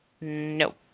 nope